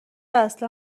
اصلا